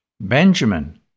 Benjamin